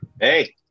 Hey